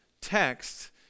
text